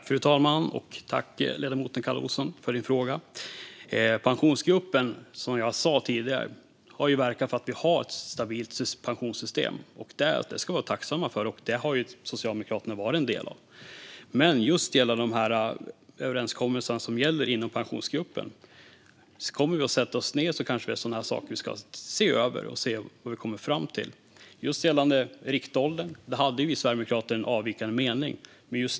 Fru talman! Tack, ledamoten Kalle Olsson, för din fråga! Som jag sa tidigare har ju Pensionsgruppen verkat för att vi har ett stabilt pensionssystem. Det ska vi vara tacksamma för, och Socialdemokraterna har ju varit en del av detta. Apropå de överenskommelser som gäller inom Pensionsgruppen är det kanske sådana saker vi ska se över, om vi sätter oss ned, för att se vad vi kommer fram till. Just gällande riktåldern hade Sverigedemokraterna en avvikande mening.